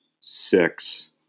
six